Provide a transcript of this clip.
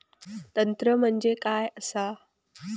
तंत्र म्हणजे काय असा?